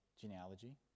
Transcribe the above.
genealogy